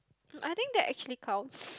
I think that actually counts